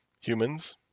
humans